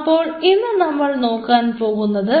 അപ്പോൾ ഇന്നു നമ്മൾ നോക്കാൻ പോകുന്നത്